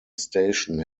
station